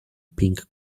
pink